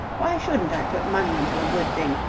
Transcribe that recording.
why shouldn't i put money into a good thing?